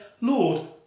Lord